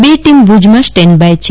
બે ટીમ ભુજમાં સ્ટેન્ડબાય છે